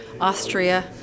Austria